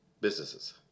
businesses